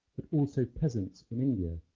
but also peasants from india,